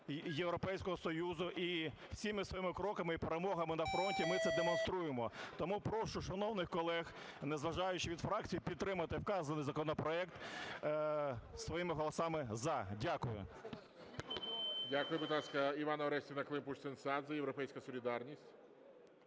Європейського Союзу, і всіма своїми кроками і перемогами на фронті ми це демонструємо. Тому прошу, шановних колег, незважаючи від фракцій, підтримати вказаний законопроект своїми голосами "за". Дякую. ГОЛОВУЮЧИЙ. Дякую. Будь ласка, Іванна Орестівна Климпуш-Цинцадзе, "Європейська солідарність".